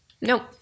Nope